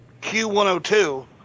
Q102